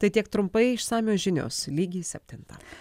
tai tiek trumpai išsamios žinios lygiai septintą